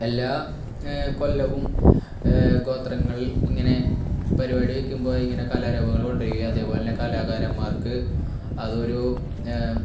എല്ലാ കൊല്ലവും ഗോത്രങ്ങൾ ഇങ്ങനെ പരിപാടി വയ്ക്കുമ്പോൾ ഇങ്ങനെ കലാരൂപങ്ങൾ കൊണ്ടുവരുകയും അതേപോലെ തന്നെ കലാകാരന്മാർക്ക് അതൊരു